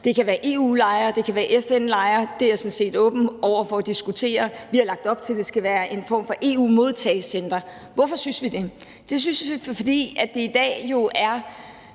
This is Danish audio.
Det kan være EU-lejre, det kan være FN-lejre, det er jeg sådan set åben over for at diskutere. Vi har lagt op til, at det skal være en form for EU-modtagecentre. Hvorfor synes vi det? Det synes vi, fordi det jo i dag er